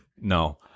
No